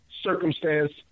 circumstance